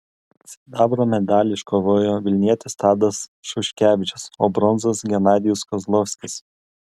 sidabro medalį iškovojo vilnietis tadas šuškevičius o bronzos genadijus kozlovskis